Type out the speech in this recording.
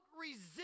resist